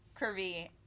curvy